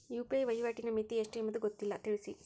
UPI ವಹಿವಾಟಿನ ಮಿತಿ ಎಷ್ಟು ಎಂಬುದು ಗೊತ್ತಿಲ್ಲ? ತಿಳಿಸಿ?